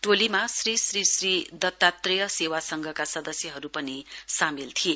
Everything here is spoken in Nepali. टोलीमा श्री श्री श्री दत्रात्रेय सेवा संघका सदस्यहरू पनि सामेल थिए